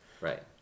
Right